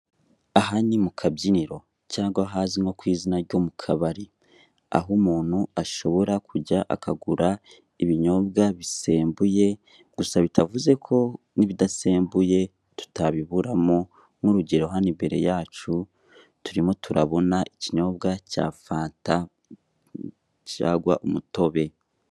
Aha ni mu kabyiniro cyangwa ahazwi nko mu kabiri, aho umuntu ashobora kujya, akagura ibinyobwa bisembuye, gusa bitavuze ko n'ibidasembuye tutabiburamo. Nk'urugero: hano imbere yacu turimo turabona ikinyobwa cya fanta cyangwa umutobe.